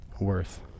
worth